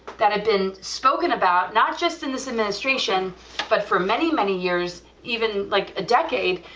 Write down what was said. that'd been spoken about, not just in this administration but for many many years even like a decade,